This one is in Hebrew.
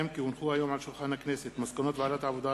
מסקנות ועדת העבודה,